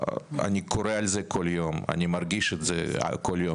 אני קורא על זה כל יום, אני מרגיש את זה כל יום.